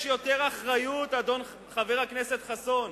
יש יותר אחריות, חבר הכנסת חסון,